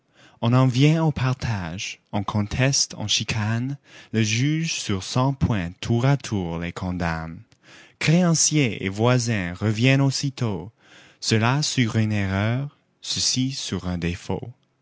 on en vient au partage on conteste on chicane le juge sur cent points tour à tour les condamne créanciers et voisins reviennent aussitôt ceux-là sur une erreur ceux-ci sur un défaut